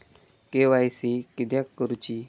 KYC किदयाक करूची?